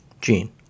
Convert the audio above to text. Gene